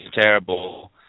terrible